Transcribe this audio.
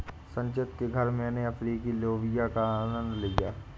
संचित के घर मैने अफ्रीकी लोबिया का आनंद लिया